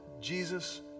Jesus